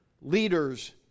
leaders